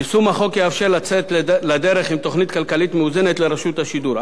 יישום החוק יאפשר לצאת לדרך עם תוכנית כלכלית מאוזנת לרשות השידור.